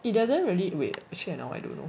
it doesn't really wait actually now I don't know